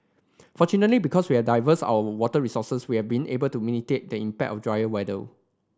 fortunately because we're diverse our water resources we have been able to the impact of drier weather